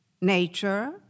nature